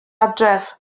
adref